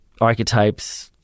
archetypes